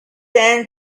them